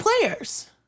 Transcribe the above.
players